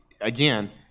again